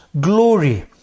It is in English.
glory